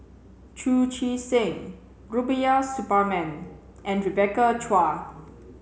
Chu Chee Seng Rubiah Suparman and Rebecca Chua